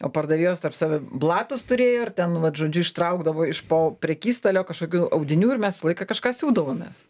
o pardavėjos tarp save blatus turėjo ir ten vat žodžiu ištraukdavo iš po prekystalio kažkokių audinių ir mes visą laiką kažką siūdavomės